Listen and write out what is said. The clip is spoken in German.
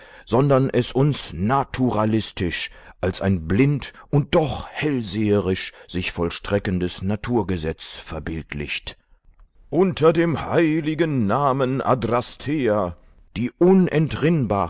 sondern es uns naturalistisch als ein blind und doch hellseherisch sich vollstreckendes naturgesetz verbildlicht unter dem heiligen namen adrastea die